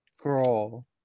Girl